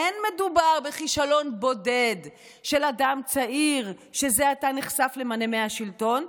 אין מדובר בכישלון בודד של אדם צעיר שזה עתה נחשף למנעמי השלטון,